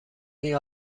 این